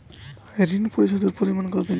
ঋণ পরিশোধের মেয়াদ কত দিন?